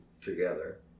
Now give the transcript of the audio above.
together